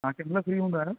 हा केॾी महिल फ़्री हूंदा आयो